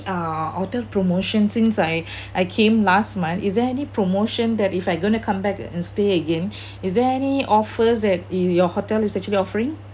uh hotel promotion since I I came last month is there any promotion that if I gonna come back and stay again is there any offers at your hotel is actually offering